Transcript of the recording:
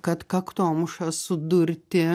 kad kaktomuša sudurti